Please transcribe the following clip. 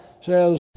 says